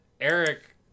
eric